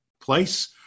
place